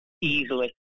easily